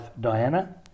Diana